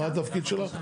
מה התפקיד שלך?